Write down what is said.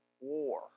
war